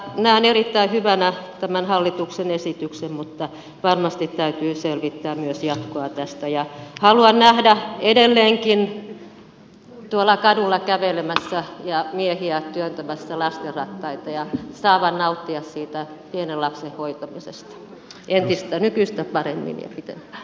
näen erittäin hyvänä tämän hallituksen esityksen mutta varmasti täytyy selvittää myös jatkoa tästä ja haluan nähdä edelleenkin tuolla kadulla miehiä kävelemässä ja työntämässä lastenrattaita ja miesten saavan nauttia siitä pienen lapsen hoitamisesta nykyistä paremmin ja pitempään